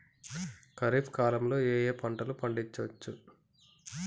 ఖరీఫ్ కాలంలో ఏ ఏ పంటలు పండించచ్చు?